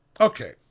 okay